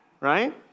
right